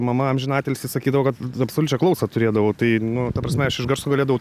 mama amžinatilsį sakydavo kad absoliučią klausą turėdavau tai nu ta prasme aš iš garso galėdavau